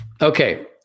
Okay